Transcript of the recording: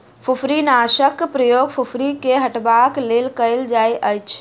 फुफरीनाशकक प्रयोग फुफरी के हटयबाक लेल कयल जाइतअछि